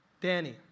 Danny